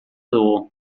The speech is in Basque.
dugu